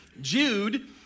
Jude